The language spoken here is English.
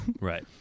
Right